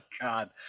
God